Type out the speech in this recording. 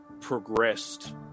progressed